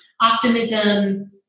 optimism